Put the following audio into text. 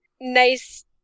nice